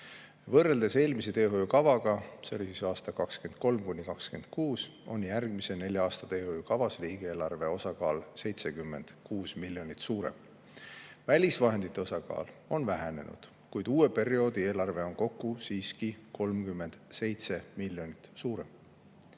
Võrreldes eelmise teehoiukavaga, mis [kehtis] aastate 2023–2026 kohta, on järgmise nelja aasta teehoiukavas riigieelarve [eraldise] osakaal 76 miljonit suurem, välisvahendite osakaal on vähenenud, kuid uue perioodi eelarve on kokku siiski 37 miljonit suurem.